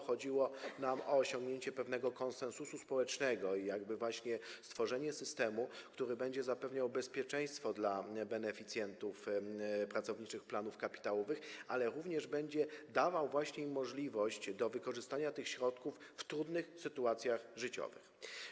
Chodziło nam o osiągnięcie pewnego konsensusu społecznego i stworzenie systemu, który będzie zapewniał bezpieczeństwo beneficjentów pracowniczych planów kapitałowych, ale również będzie dawał właśnie im możliwość wykorzystania tych środków w trudnych sytuacjach życiowych.